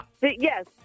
Yes